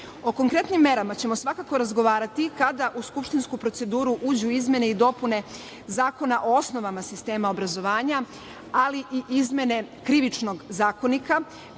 konkretnijim merama ćemo svakako razgovarati kada u Skupštinsku proceduru uđu izmene i dopune Zakona o osnovama sistema obrazovanja, ali i izmene Krivičnog zakonika,